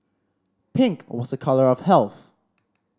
pink was a colour of health